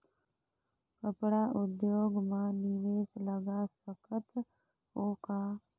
कपड़ा उद्योग म निवेश लगा सकत हो का?